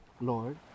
Lord